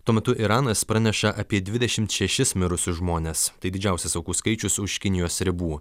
tuo metu iranas praneša apie dvidešimt šešis mirusius žmones tai didžiausias aukų skaičius už kinijos ribų